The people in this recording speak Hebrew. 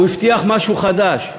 הוא הבטיח משהו חדש.